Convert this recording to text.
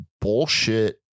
bullshit